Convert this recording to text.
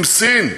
עם סין,